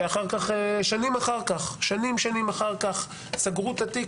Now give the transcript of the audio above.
שאחר כך שנים אחר כך סגרו את התיק,